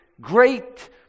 great